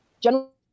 general